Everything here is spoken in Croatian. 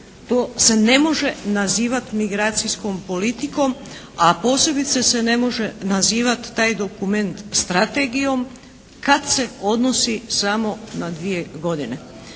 To se ne može nazivati migracijskom politikom, a posebice se ne može nazivat taj dokument strategijom kad se odnosi samo na dvije godine.